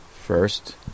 first